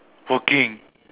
working